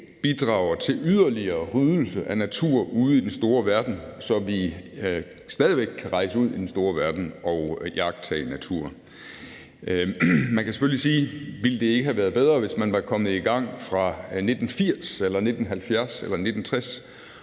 bidrager til yderligere rydning af natur ude i den store verden, så vi stadig væk kan rejse ud i den store verden og iagttage naturen. Man kan selvfølgelig spørge: Ville det ikke have været bedre, hvis man var kommet i gang fra 1980, 1970 eller 1960?